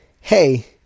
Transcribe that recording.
Hey